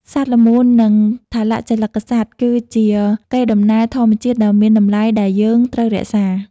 សត្វល្មូន និងថលជលិកសត្វគឺជាកេរដំណែលធម្មជាតិដ៏មានតម្លៃដែលយើងត្រូវរក្សា។